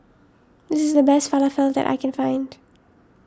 this is the best Falafel that I can find